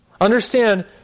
Understand